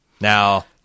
Now